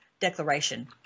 declaration